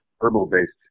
herbal-based